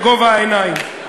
בגובה העיניים,